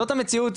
זאת המציאות,